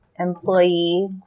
employee